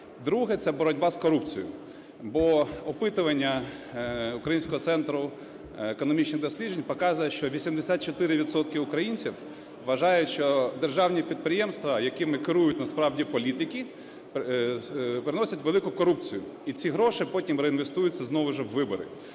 друге – це боротьба з корупцією. Бо опитування Українського центру економічних досліджень показує, що 84 відсотки українців вважають, що державні підприємства, якими керують насправді політики, приносять велику корупцію. І ці гроші потім реінвестуються знову ж у вибори.